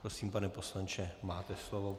Prosím, pane poslanče, máte slovo.